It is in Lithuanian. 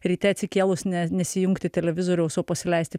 ryte atsikėlus ne nesijungti televizoriaus o pasileisti